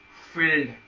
filled